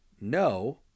no